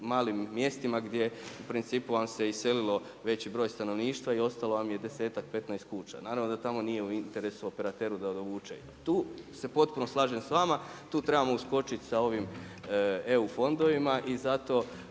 malim mjestima, gdje u principu, vam se iselilo veći broj stanovništva i ostalo vam je 10, 15 kuća. Naravno da tamo nije u interesu operateru da dovuče. Tu se potopno slažem s vama. Tu trebamo uskočiti sa ovim EU fondovima i zato